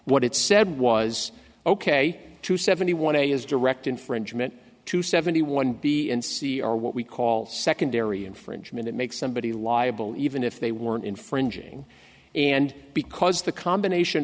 what it said was ok to seventy one a is direct infringement to seventy one b and c or what we call secondary infringement it makes somebody liable even if they weren't infringing and because the combination